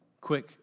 quick